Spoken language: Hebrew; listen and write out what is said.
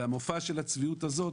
והמופע של הצביעות הזאת,